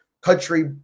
country